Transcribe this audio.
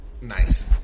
Nice